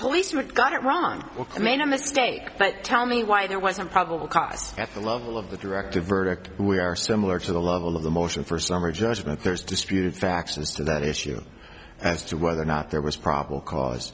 policeman got it wrong i made a mistake but tell me why there wasn't probable cause at the level of the direct a verdict we are similar to the level of the motion for summary judgment there's disputed factions to that issue as to whether or not there was probable cause